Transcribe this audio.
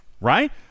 Right